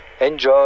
Enjoy